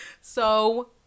so-